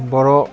बर'